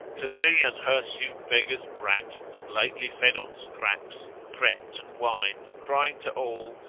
to see an hirsute beggar's brat, that lately fed on scraps, crept and whined, crying to all,